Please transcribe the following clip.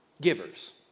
givers